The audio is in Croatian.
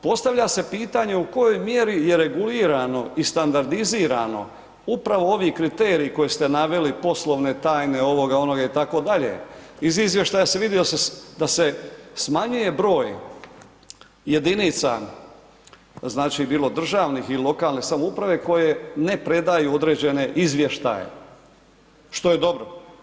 Postavlja se pitanje u kojoj mjeri je regulirano i standardizirano upravo ovi kriteriji koje ste naveli poslovne tajne ovoga onoga itd., iz izvještaja se vidi da se smanjuje broj jedinica, znači bilo državnih i lokalne samouprave koje ne predaju određene izvještaje, što je dobro.